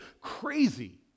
crazy